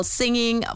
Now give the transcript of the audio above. singing